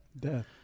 death